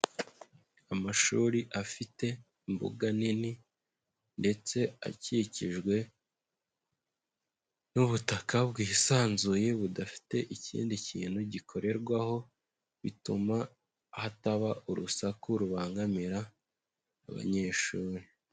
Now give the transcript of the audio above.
Amashuri afite imbuga nini ndetse akikijwe n'ubutaka bwisanzuye budafite ikindi kintu gikorerwaho, bituma hataba urusaku rubangamira abanyeshuri.